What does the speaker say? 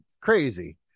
crazy